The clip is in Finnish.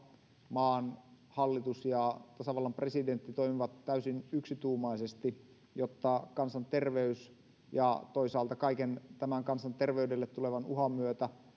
maan hallitus ja tasavallan presidentti toimivat täysin yksituumaisesti jotta kansanterveys ja toisaalta kaiken tämän kansanterveydelle tulevan uhan myötä